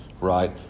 right